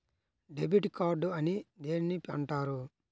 Debit card అని దేనిని అంటారు?